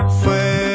fue